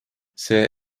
see